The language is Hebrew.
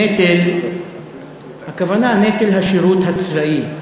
נטל, הכוונה נטל השירות הצבאי.